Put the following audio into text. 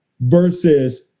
versus